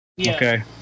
Okay